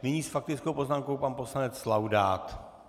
Nyní s faktickou poznámkou pan poslanec Laudát.